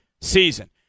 season